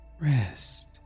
rest